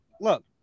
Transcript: look